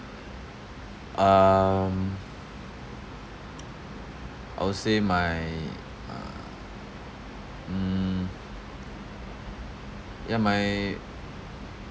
um I would say my uh mm ya my